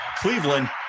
Cleveland